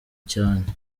cyane